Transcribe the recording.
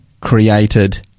created